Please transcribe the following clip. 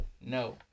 No